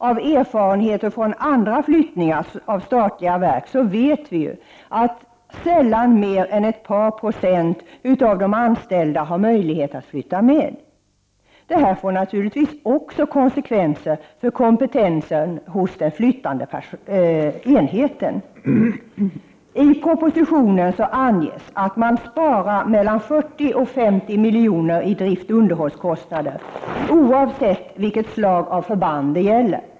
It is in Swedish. Av erfarenhet från andra flyttningar av statliga verk vet vi att sällan mer än ett par procent av de anställda har möjlighet att flytta med. Detta får naturligtvis också konsekvenser för kompetensen hos den flyttande enheten. I propositionen anges att man sparar mellan 40 och 50 miljoner i driftsoch underhållskostnader, oavsett vilket slag av förband det gäller.